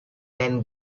then